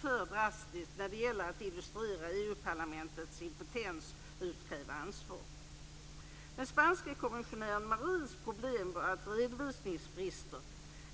för drastisk när det gäller att illustrera EU-parlamentets impotens att utkräva ansvar? Den spanske kommissionären Marins problem var redovisningsbrister.